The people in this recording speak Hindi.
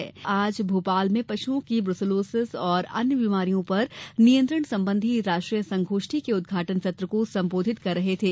श्री श्रीवास्तव आज भोपाल में पशुओं की ब्रुसेलोसिस और अन्य बीमारियों पर नियंत्रण संबंधी राष्ट्रीय संगोष्ठी के उदघाटन सत्र को संबोधित कर रहे थे